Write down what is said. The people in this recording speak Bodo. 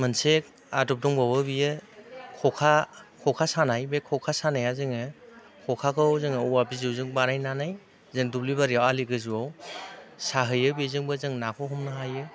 मोनसे आदब दंबावो बियो खखा सानाय बे खखा सानाया जोंङो खखाखौ जों औवा बिजौजों बानायनानै जों दुब्लि बारियाव आलि गोजौआव साहैयो बेजोंबो जों नाखौ हमनो हायो